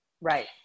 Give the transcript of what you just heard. Right